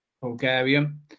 Bulgarian